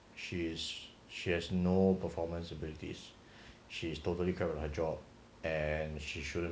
she is she has no performance abilities she is totally covered her job and she shouldn't